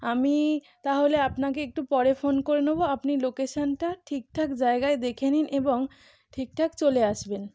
আমি তাহলে আপনাকে একটু পরে ফোন করে নোবো আপনি লোকেশানটা ঠিকঠাক জায়গায় দেখে নিন এবং ঠিকঠাক চলে আসবেন